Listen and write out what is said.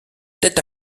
tête